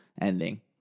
ending